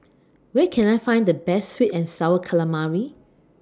Where Can I Find The Best Sweet and Sour Calamari